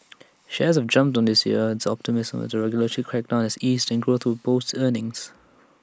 shares have jumped this year on optimism A regulatory crackdown has eased and growth will boost earnings